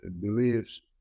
believes